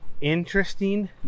interesting